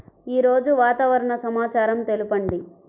ఈరోజు వాతావరణ సమాచారం తెలుపండి